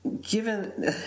given